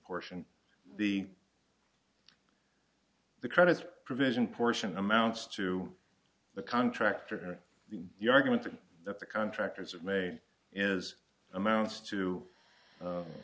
portion the the credits provision portion amounts to the contractor the argument that the contractors have made is amounts to